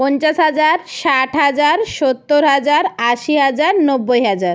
পঞ্চাশ হাজার ষাট হাজার সত্তর হাজার আশি হাজার নব্বই হাজার